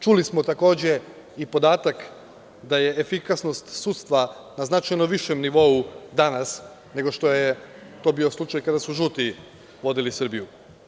Čuli smo i podatak da je efikasnost sudstva na značajno višem nivou danas, nego što je to bio slučaj kada su žuti vodili Srbiju.